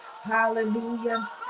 hallelujah